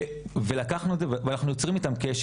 אז לקחנו את זה ואנחנו יוצרים איתם קשר